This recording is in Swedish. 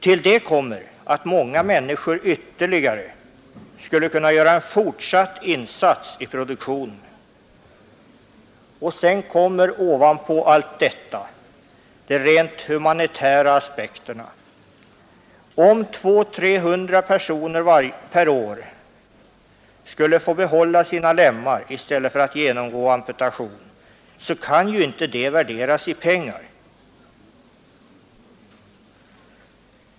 Till detta kommer att många människor skulle kunna göra en fortsatt insats i produktionen. Ovanpå allt detta kommer sedan den rent humanitära aspekten. Om 200 å 300 personer per år skulle få behålla sina lemmar i stället för att genomgå amputation, kan ju det inte värderas i pengar.